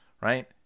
right